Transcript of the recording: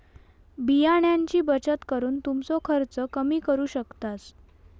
बियाण्यांची बचत करून तुमचो खर्च कमी करू शकतास